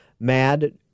Mad